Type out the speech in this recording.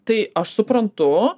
tai aš suprantu